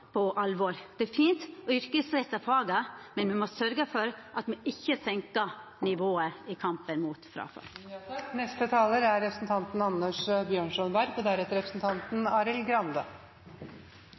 på alvor. Det er fint å yrkesretta faga, men me må sørgja for at me i kampen mot